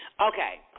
Okay